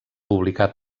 publicà